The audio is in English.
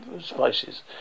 spices